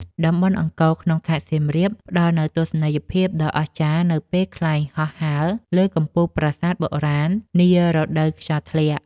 តំបន់អង្គរក្នុងខេត្តសៀមរាប ផ្ដល់នូវទស្សនីយភាពដ៏អស្ចារ្យនៅពេលខ្លែងហោះហើរលើកំពូលប្រាសាទបុរាណនារដូវខ្យល់ធ្លាក់។